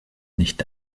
nicht